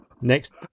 Next